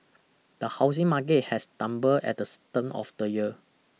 the housing market has stumbled at the turn of the year